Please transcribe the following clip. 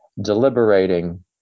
deliberating